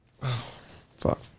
Fuck